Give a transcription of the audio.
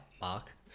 Mark